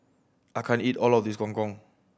I can't eat all of this Gong Gong